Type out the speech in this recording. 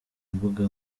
mbuga